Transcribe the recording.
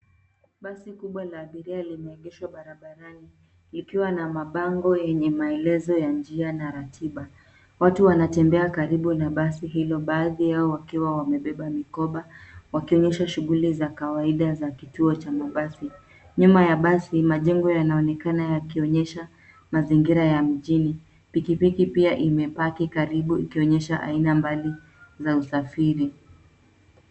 Basi kubwa la abiria limeegeshwa barabarani likiwa na mabango yenye maelezo ya njia na ratiba watu wanatembea karibu na basi hilo baadhi yao wakiwa wamebeba vikoba wakionyeshwa shughuli za kawaida za kituo cha mabasi, nyuma ya basi majengo yanaonekana yakionyesha mazingira ya mjini pikipiki pia imepaki karibu ikionyesha aina mbali za usafiri.